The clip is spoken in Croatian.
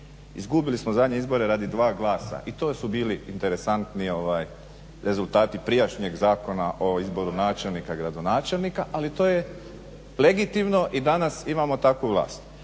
Izgubili smo zadnje izbore radi dva glasa i to su bili interesantni rezultati prijašnjeg Zakona o izboru načelnika i gradonačelnika ali to je legitimno i danas imamo takvu vlast.